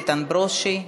איתן ברושי.